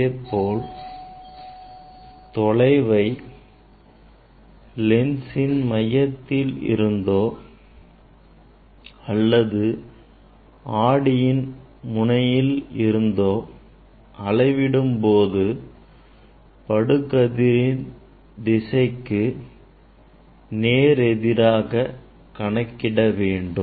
அதேபோல் தொலைவை லென்ஸின் மையத்திலிருந்தோ அல்லது ஆடியின் ஆடி முனையில் இருந்தோ அளவிடும் போது படுகதிரின் திசைக்கு நேரெதிராக கணக்கிட வேண்டும்